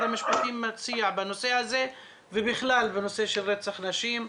המשפטים מציע בנושא הזה ובכלל בנושא של רצח נשים?